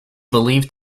believed